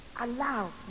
Allow